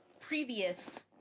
previous